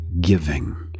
giving